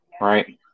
Right